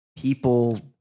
people